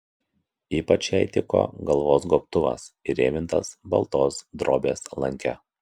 ypač jai tiko galvos gobtuvas įrėmintas baltos drobės lanke